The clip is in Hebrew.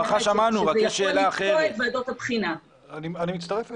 אני מצטרף אליה.